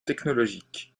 technologique